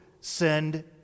send